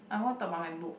I want talk about my book